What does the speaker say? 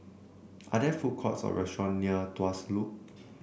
are there food courts or restaurants near Tuas Loop